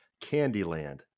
Candyland